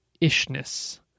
Ishness